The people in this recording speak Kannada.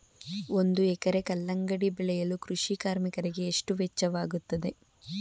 ಒಂದು ಎಕರೆ ಕಲ್ಲಂಗಡಿ ಬೆಳೆಯಲು ಕೃಷಿ ಕಾರ್ಮಿಕರಿಗೆ ಎಷ್ಟು ವೆಚ್ಚವಾಗುತ್ತದೆ?